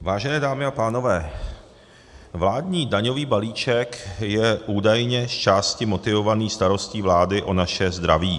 Vážené dámy a pánové, vládní daňový balíček je údajně zčásti motivovaný starostí vlády o naše zdraví.